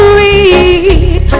read